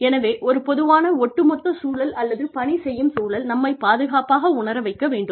எனவே ஒரு பொதுவான ஒட்டுமொத்த சூழல் அல்லது பணி செய்யும் சூழல் நம்மைப் பாதுகாப்பாக உணரவைக்க வேண்டும்